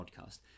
podcast